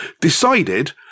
decided